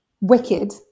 wicked